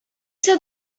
said